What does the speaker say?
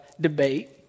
debate